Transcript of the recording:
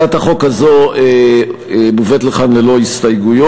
הצעת החוק הזו מובאת לכן ללא הסתייגות.